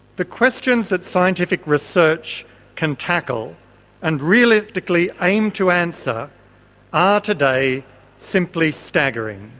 the questions that scientific research can tackle and realistically aim to answer are today simply staggering.